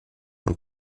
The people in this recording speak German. und